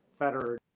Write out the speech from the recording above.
Federer